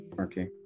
Okay